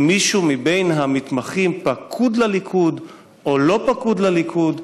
מישהו מבין המתמחים פקוד לליכוד או לא פקוד לליכוד.